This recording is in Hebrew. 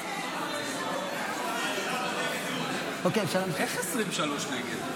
יכול להיות --- איך 23 נגד?